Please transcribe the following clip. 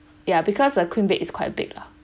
yeah because the queen bed is quite big lah